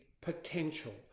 potential